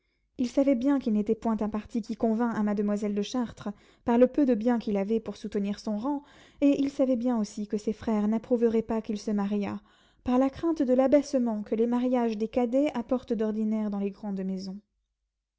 il savait bien qu'il n'était point un parti qui convînt à mademoiselle de chartres par le peu de biens qu'il avait pour soutenir son rang et il savait bien aussi que ses frères n'approuveraient pas qu'il se mariât par la crainte de l'abaissement que les mariages des cadets apportent d'ordinaire dans les grandes maisons